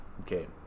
Okay